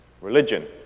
religion